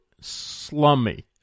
slummy